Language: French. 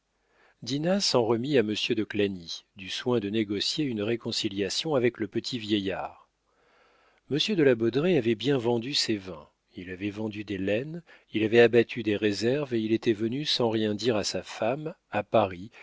dinah s'en remit à monsieur de clagny du soin de négocier une réconciliation avec le petit vieillard monsieur de la baudraye avait bien vendu ses vins il avait vendu des laines il avait abattu des réserves et il était venu sans rien dire à sa femme à paris